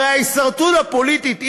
הרי ההישרדות הפוליטית,